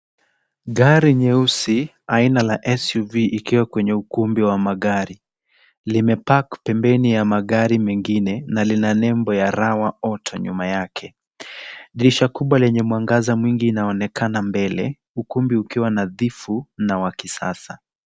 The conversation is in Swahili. Gari nyeusi aina la SUV ikiwa kwenye ukumbi wa magari. Limepaki pembeni ya magari mengine na lina nembo ya Rawa Auto nyuma yake, dirisha kubwa lenye mwangaza mwingi inaonekana mbele ukumbi ukiwa nadhifu na wa kisasa.